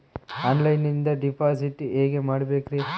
ಆನ್ಲೈನಿಂದ ಡಿಪಾಸಿಟ್ ಹೇಗೆ ಮಾಡಬೇಕ್ರಿ?